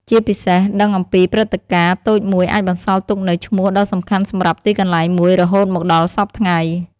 ជាពិសេស ដឹងអំពីព្រឹត្តិការណ៍តូចមួយអាចបន្សល់ទុកនូវឈ្មោះដ៏សំខាន់សម្រាប់ទីកន្លែងមួយរហូតមកដល់សព្វថ្ងៃ។